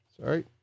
Sorry